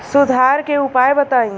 सुधार के उपाय बताई?